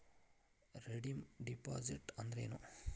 Redeem deposit ಅಂದ್ರೇನ್?